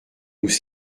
nous